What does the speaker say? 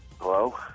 Hello